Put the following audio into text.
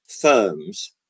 firms